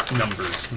numbers